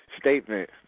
statement